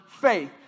faith